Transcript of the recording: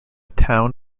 town